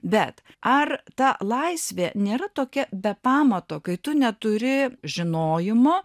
bet ar ta laisvė nėra tokia be pamato kai tu neturi žinojimo